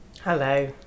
Hello